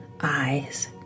eyes